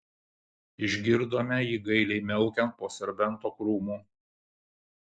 išgirdome jį gailiai miaukiant po serbento krūmu